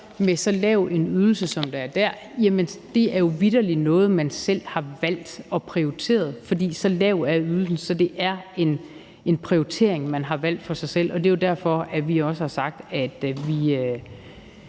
med så lav en ydelse, som der er der, så kan man sige, at det jo vitterlig er noget, man selv har valgt og prioriteret, for så lav er ydelsen; så det er en prioritering, man selv har valgt. Det er jo derfor, at vi også har sagt, at vi